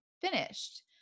finished